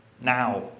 Now